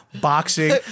boxing